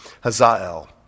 Hazael